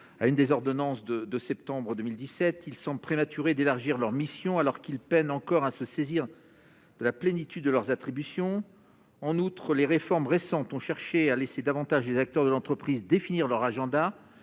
à une des ordonnances de 2 septembre 2017 ils sont prématurées d'élargir leur mission alors qu'ils peinent encore à se saisir de la plénitude de leurs attributions en outre les réformes récentes ont cherché à laisser davantage les acteurs de l'entreprise définir leur agenda